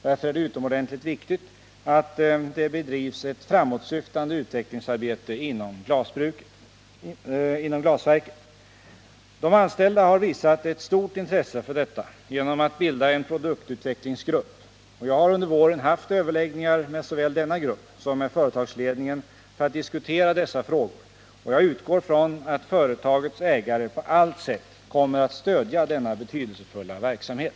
Därför är det utomordentligt viktigt att det bedrivs ett framåtsyftande utvecklingsarbete inom glasverket. De anställda har visat ett stort intresse för detta genom att bilda en produktutvecklingsgrupp. Jag har under våren haft överläggningar med såväl denna grupp som med företagsledningen för att diskutera dessa frågor, och jag utgår från att företagets ägare på allt sätt kommer att stödja denna betydelsefulla verksamhet.